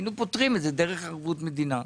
היינו פותרים את זה דרך ערבות מדינה.